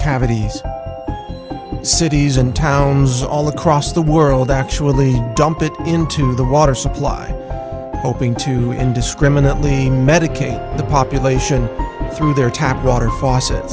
cavities cities and towns all across the world actually dump it into the water supply hoping to indiscriminately medicate the population through their tap water faucet